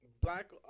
black